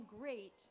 great